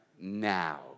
now